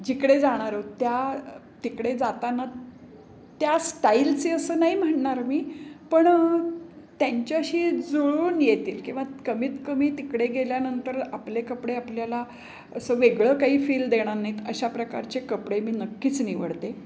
जिकडे जाणार आहोत त्या तिकडे जाताना त्या स्टाईलचे असं नाही म्हणणार मी पण त्यांच्याशी जुळून येतील किंवा कमीत कमी तिकडे गेल्यानंतर आपले कपडे आपल्याला असं वेगळं काही फील देणार नाहीत अशा प्रकारचे कपडे मी नक्कीच निवडते